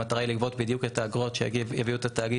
המטרה היא לגבות בדיוק את האגרות שיביאו את התאגיד